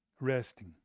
resting